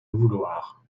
vouloir